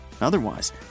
Otherwise